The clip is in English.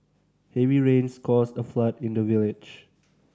heavy rains caused a flood in the village